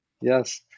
Yes